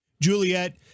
Juliet